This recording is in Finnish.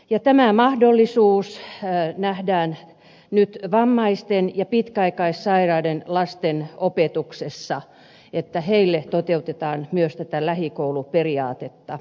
ja tämä mahdollisuus nähdään nyt vammaisten ja pitkäaikaissairaiden lasten opetuksessa että heille toteutetaan myös tätä lähikouluperiaatetta